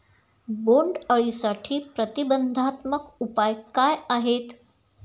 बोंडअळीसाठी प्रतिबंधात्मक उपाय काय आहेत?